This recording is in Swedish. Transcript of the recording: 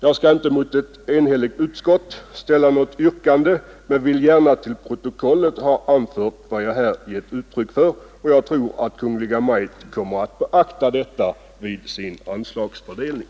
Jag skall inte mot ett enhälligt utskott ställa något yrkande men vill gärna till protokollet ha anfört vad jag här givit uttryck för, och jag tror att Kungl. Maj:t kommer att beakta detta vid sin anslagsfördelning.